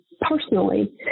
personally